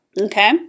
okay